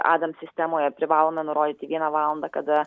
adam sistemoje privalome nurodyti vieną valandą kada